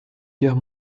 guerre